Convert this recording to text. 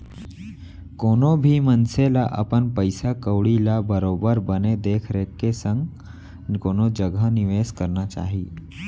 कोनो भी मनसे ल अपन पइसा कउड़ी ल बरोबर बने देख रेख के संग कोनो जघा निवेस करना चाही